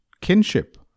Kinship